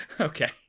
Okay